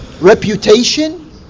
reputation